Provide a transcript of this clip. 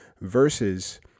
Versus